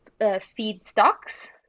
feedstocks